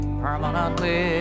permanently